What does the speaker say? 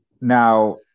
Now